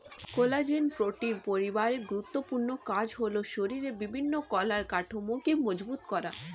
collagen protein পরিবারের গুরুত্বপূর্ণ কাজ হলো শরীরের বিভিন্ন কলার কাঠামোকে মজবুত করা